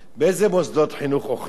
באיזה מוסדות אוכלים?